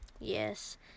Yes